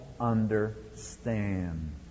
understand